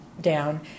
down